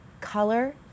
color